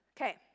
okay